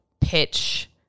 pitch